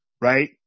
right